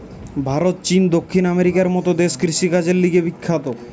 ভারত, চীন, দক্ষিণ আমেরিকার মত দেশ কৃষিকাজের লিগে বিখ্যাত